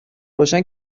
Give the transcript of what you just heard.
باشن